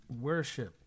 worship